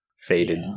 faded